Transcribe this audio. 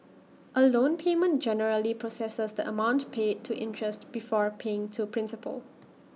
A loan payment generally processes the amount paid to interest before paying to principal